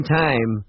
time